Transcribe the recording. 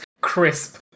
crisp